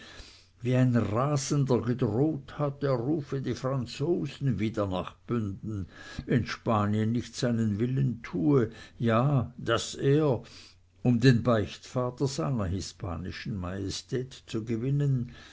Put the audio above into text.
wie ein rasender gedroht hat er rufe die franzosen wieder nach bünden wenn spanien nicht seinen willen tue ja daß er um den beichtvater seiner hispanischen majestät zu gewinnen